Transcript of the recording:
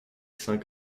sans